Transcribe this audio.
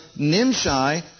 Nimshai